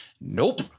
nope